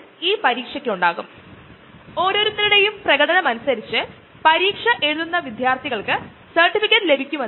എന്നാൽ ഈ ചികിത്സ നിങ്ങൾക് അറിയാമലോ ഇതുപോലെ നമ്മൾ മരുന്ന് എടുക്കുന്നത് കാൻസർ കോശങ്ങൾ നശിപ്പിക്കാനാണ് അത് പക്ഷെ ശരീരത്തിൽ പുറമേ ഉള്ള മറ്റ് സാധാരണ സെല്ലുകളെയും നശിപ്പിക്കുന്നു